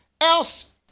Else